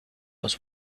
was